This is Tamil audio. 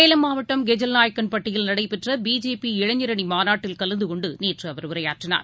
சேலம் மாவட்டம் கெஜல்நாயக்கன்பட்டியில் நடைபெற்றபிஜேபி இளைஞரணிமாநாட்டில் கலந்துகொண்டுநேற்றுஅவர் உரையாற்றினார்